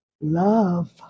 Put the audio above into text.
Love